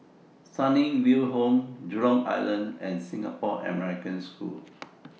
Sunnyville Home Jurong Island and Singapore American School